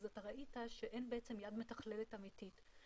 אז אתה ראית שאין בעצם יד מתכללת אמיתית.